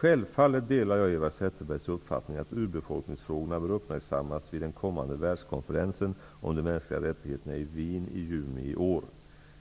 Självfallet delar jag Eva Zetterbergs uppfattning att urbefolkningsfrågorna bör uppmärksammas vid den kommande världskonferensen om de mänskliga rättigheterna i Wien i juni i år.